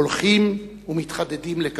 הולכים ומתחדדים לקחיו.